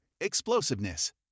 explosiveness